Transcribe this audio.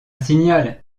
signal